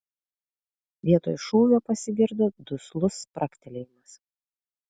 vietoj šūvio pasigirdo duslus spragtelėjimas